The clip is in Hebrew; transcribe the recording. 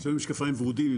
הקפאתי בהתחלה את הנושא הזה,